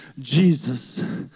Jesus